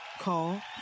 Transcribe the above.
Call